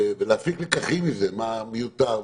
מה מיותר?